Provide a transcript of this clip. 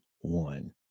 one